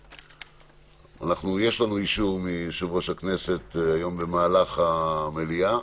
יש לנו אישור מיושב-ראש הכנסת להמשיך במהלך המליאה,